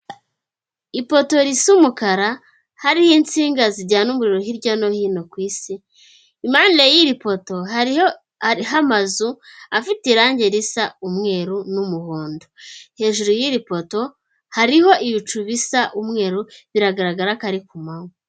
Ipoto risa umukara hariho insinga zijyana umuriro hirya no hino ku isi, impande y'iri poto hariho amazu afite irangi risa umweru n'umuhondo, hejuru y'iri poto hariho ibicu bisa umweru biragaragara ko ari ku manywa.